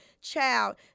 child